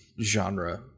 genre